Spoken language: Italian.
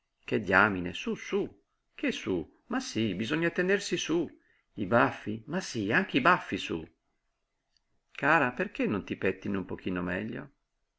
che diamine sú sú che sú ma sí bisogna tenersi sú i baffi ma sí anche i baffi sú cara perché non ti pettini un pochino meglio